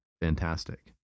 Fantastic